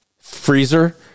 freezer